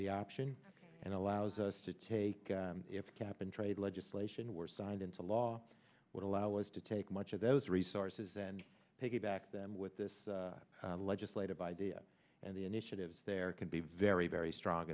the option and allows us to take if cap and trade legislation were signed into law would allow us to take much of those resources and piggyback them with this legislative idea and the initiatives there can be very very strong